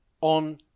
on